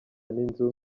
n’inzu